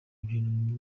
ibintu